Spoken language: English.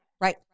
Right